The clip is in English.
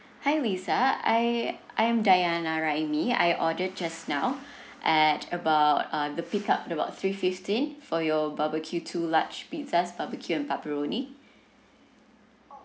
hi lisa I I am dayana raimi I order just now at about uh the pick up about three fifteen for your barbecue two large pizzas barbecue and pepperoni